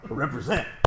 represent